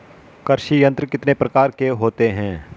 कृषि यंत्र कितने प्रकार के होते हैं?